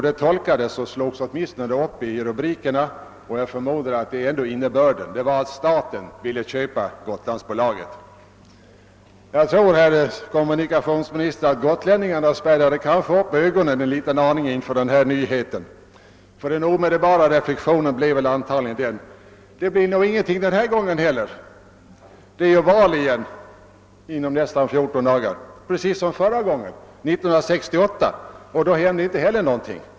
Det tolkades och slogs upp i rubrikerna — och jag förmodar att det också var innebörden av yttrandet — som att staten ville köpa Gotlandsbolaget. Jag tror, herr kommunikationsminister, att gotlänningarna spärrade upp ögonen en aning inför denna nyhet. Den omedelbara reaktionen blev antagligen: det blir nog ingenting den här gången heller — det är ju val igen — om nästan fjorton dagar — precis som när löftet gavs förra gången, 1968. Då hände ingenting heller.